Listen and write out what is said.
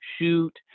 shoot